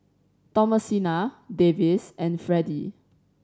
Thomasina Davis and Freddie